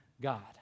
God